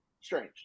Strange